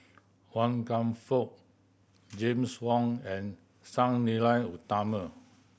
Wan Kam Fook James Wong and Sang Nila Utama